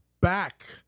back